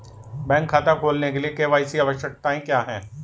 Bank खाता खोलने के लिए के.वाई.सी आवश्यकताएं क्या हैं?